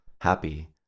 happy